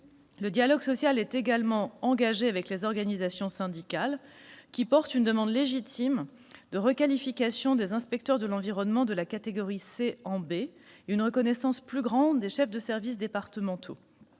Le dialogue social est également engagé avec les organisations syndicales, qui portent une demande légitime de requalification des inspecteurs de l'environnement de la catégorie C en catégorie B, et de reconnaissance plus grande des chefs de services départementaux.